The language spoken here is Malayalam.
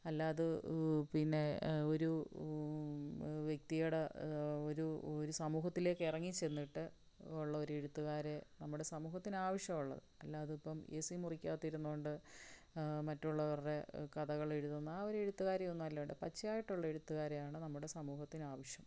അല്ലാതെ പിന്നെ ഒരു വ്യക്തിയുടെ ഒരു ഒരു സമൂഹത്തിലേക്ക് ഇറങ്ങി ചെന്നിട്ട് ഉള്ള ഒരു എഴുത്തുകാരെ നമ്മുടെ സമൂഹത്തിനാവശ്യം ഉള്ളത് അല്ലാതിപ്പം എ സി മുറിക്കകത്തിരുന്നുകൊണ്ട് മറ്റുള്ളവരുടെ കഥകൾ എഴുതുന്ന ആ ഒരു എഴുത്തുകാരെയൊന്നും അല്ലാണ്ട് പച്ചയായിട്ടുള്ള എഴുത്തുകാരെയാണ് നമ്മുടെ സമൂഹത്തിനാവശ്യം